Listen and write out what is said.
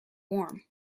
warm